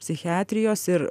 psichiatrijos ir